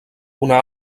una